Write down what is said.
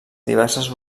diverses